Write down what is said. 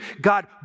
God